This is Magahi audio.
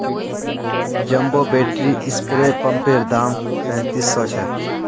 जंबो बैटरी स्प्रे पंपैर दाम पैंतीस सौ छे